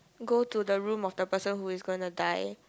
go to the room of the person who is going to die